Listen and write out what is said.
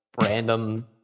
random